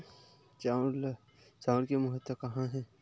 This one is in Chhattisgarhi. चांउर के महत्व कहां हे?